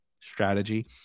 strategy